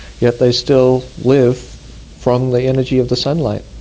yet they still live from the energy of the sunlight.